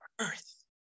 earth